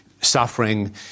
suffering